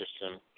system